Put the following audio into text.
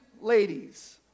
ladies